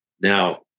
Now